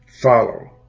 follow